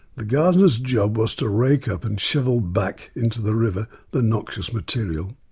the gardener's job was to rake up and shovel back into the river the noxious material.